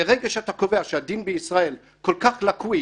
ברגע שאתה קובע שהדין בישראל כל כך לקוי,